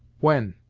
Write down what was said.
when?